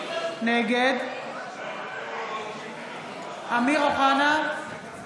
נגד אמיר אוחנה,